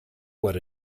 what